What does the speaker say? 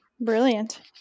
Brilliant